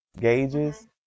gauges